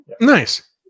Nice